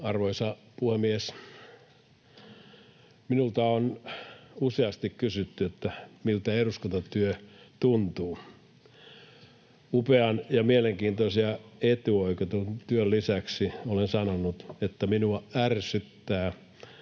Arvoisa puhemies! Minulta on useasti kysytty, miltä eduskuntatyö tuntuu. Upean ja mielenkiintoisen ja etuoikeutetun työn lisäksi olen sanonut, että minua ärsyttää